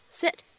sit